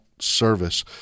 service